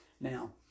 now